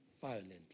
violently